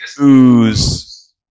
ooze